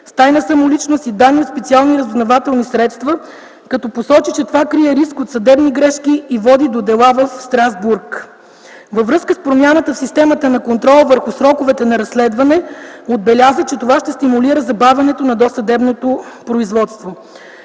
с тайна самоличност и данни от специални разузнавателни средства, като посочи, че това крие риск от съдебни грешки и води до дела в Страсбург. Във връзка с промяната в системата на контрола върху сроковете на разследване отбеляза, че това ще стимулира забавянето на досъдебното производство.